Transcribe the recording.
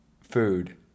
Food